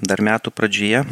dar metų pradžioje